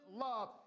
love